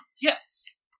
Yes